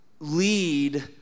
Lead